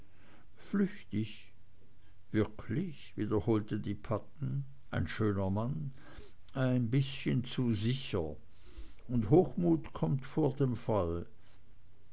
flüchtig wirklich wiederholte die padden ein schöner mann ein bißchen zu sicher und hochmut kommt vor dem fall